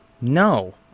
No